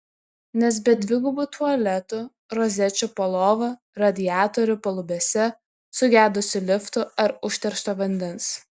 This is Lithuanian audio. nes be dvigubų tualetų rozečių po lova radiatorių palubėse sugedusių liftų ar užteršto vandens